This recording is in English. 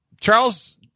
Charles